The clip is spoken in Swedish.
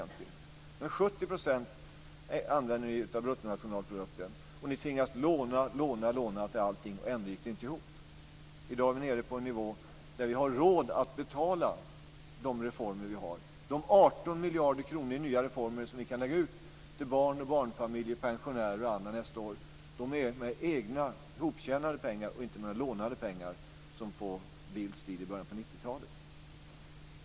Ni använde 70 % av bruttonationalprodukten. Ni tvingades låna till allting, och ändå gick det inte ihop. I dag är vi nere på en nivå där vi har råd att betala reformer. De 18 miljarder kronor i nya reformer till barn, barnfamiljer, pensionärer och andra som vi kan lägga ut nästa år betalar vi med egna, hoptjänade pengar och inte med lånade pengar, som på Bildts tid i början på 90-talet.